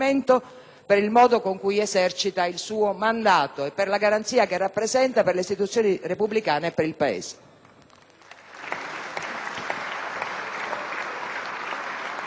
per il modo con cui esercita il suo mandato e per la garanzia che rappresenta per le istituzioni repubblicane e per il Paese.